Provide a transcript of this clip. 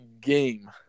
game